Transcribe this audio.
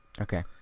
okay